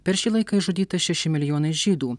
per šį laiką išžudyta šeši milijonai žydų